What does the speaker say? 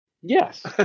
Yes